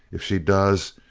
if she does,